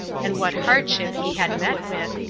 and what hardship he had met with,